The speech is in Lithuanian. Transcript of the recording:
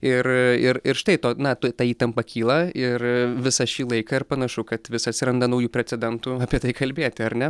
ir ir ir štai to na ta ta įtampa kyla ir visą šį laiką ir panašu kad vis atsiranda naujų precedentų apie tai kalbėti ar ne